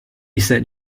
said